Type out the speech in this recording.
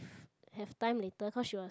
have time later because she was